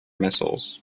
missiles